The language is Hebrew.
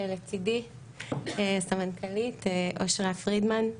לצידי סמנכ"לית אושרה פרידמן,